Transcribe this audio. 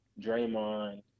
Draymond